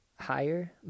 higher